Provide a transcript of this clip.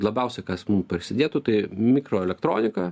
labiausia kas mum prisidėtų tai mikroelektronika